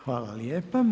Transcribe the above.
Hvala lijepa.